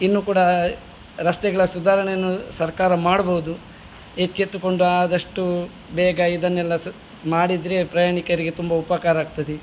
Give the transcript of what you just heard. ಇನ್ನು ಕೂಡ ರಸ್ತೆಗಳ ಸುಧಾರಣೆಯನ್ನು ಸರ್ಕಾರ ಮಾಡಬಹುದು ಎಚ್ಚೆತ್ತುಕೊಂಡು ಆದಷ್ಟು ಬೇಗ ಇದನ್ನೆಲ್ಲ ಸ ಮಾಡಿದರೆ ಪ್ರಯಾಣಿಕರಿಗೆ ತುಂಬಾ ಉಪಕಾರ ಆಗ್ತದೆ